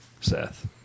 Seth